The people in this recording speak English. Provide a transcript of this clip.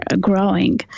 growing